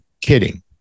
kidding